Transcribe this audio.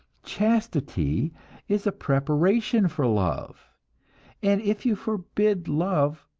chastity is a preparation for love and if you forbid love,